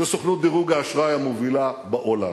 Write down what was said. זו סוכנות דירוג האשראי המובילה בעולם.